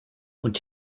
und